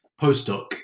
postdoc